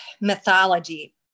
mythology